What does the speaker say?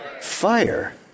Fire